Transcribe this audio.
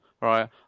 right